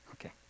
Okay